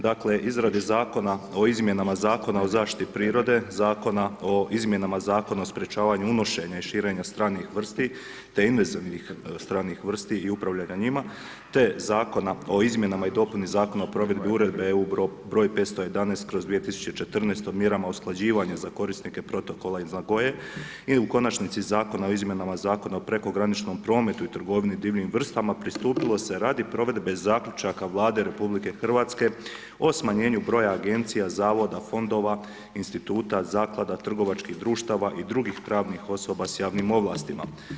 Dakle, izradi Zakona o izmjenama Zakona o zaštiti prirode, Zakona o izmjenama Zakona o sprječavanju unošenja i širenja stranih vrsti te invazivnih stranih vrsta i upravljanju njima, te Zakona o izmjeni i dopuni Zakona o provedbi Uredbe (EU) broj 511/2014 o mjerama usklađivanja za korisnike protokola iz Nagoye i u konačnici Zakona o izmjenama Zakona o prekograničnom prometu i trgovini divljim vrstama, pristupilo se radi provedbe zaključaka Vlade RH, o smanjenju broja agencija, zavoda, fondova, instituta, zaklada, trgovačkih društava i drugih pravnih osoba s javnim ovlastima.